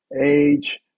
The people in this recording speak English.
age